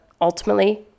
ultimately